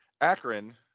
Akron